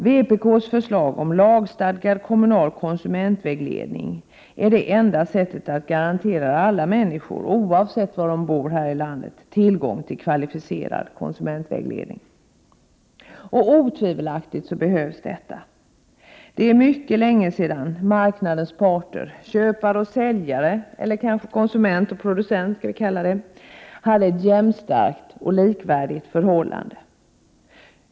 Vpk:s förslag om lagstadgad kommunal konsumentvägledning är det enda sättet att garantera alla människor, oavsett var de bor här i landet, tillgång till kvalificerad konsumentvägledning. Otvivelaktigt behövs detta. Det är mycket länge sedan marknadens parter —- köpare och säljare, eller konsument och producent — hade ett jämnstarkt och likvärdigt förhållande.